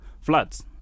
floods